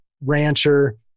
rancher